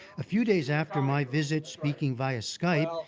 a few days after my visit, speaking via skype,